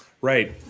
Right